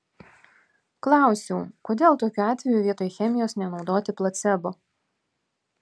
klausiau kodėl tokiu atveju vietoj chemijos nenaudoti placebo